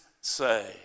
say